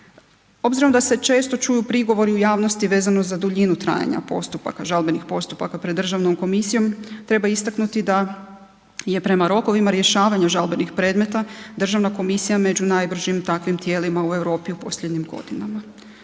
Obzirom da se često čuju prigovori u javnosti vezano za duljinu trajanja postupaka, žalbenih postupaka pred državnom komisijom treba istaknuti da je prema rokovima rješavanja žalbenih predmeta državna komisija među najbržim takvim tijelima u Europi u posljednjim godinama.